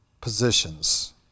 positions